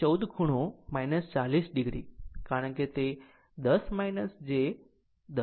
14 ખૂણો 40 o કારણ કે તે 10 j 10